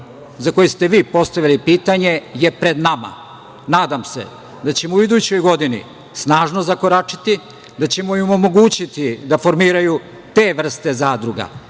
za koji ste vi postavili pitanje je pred nama, nadam se da ćemo u idućoj godini snažno zakoračiti, da ćemo im omogućiti da formiraju te vrste zadruga,